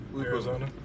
Arizona